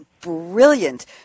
brilliant